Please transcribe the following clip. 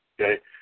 Okay